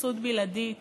אפוטרופסות בלעדית